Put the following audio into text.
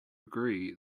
agree